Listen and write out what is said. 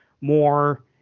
more